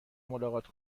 ملاقات